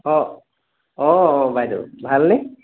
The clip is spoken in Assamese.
অঁ অঁ অঁ বাইদেউ ভালনে